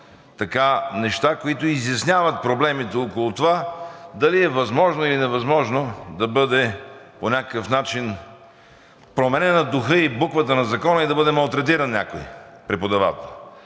неща, които изясняват проблемите около това дали е възможно, или невъзможно да бъде по някакъв начин променен духът и буквата на закона и да бъде малтретиран някой преподавател.